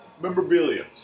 Memorabilia